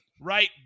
right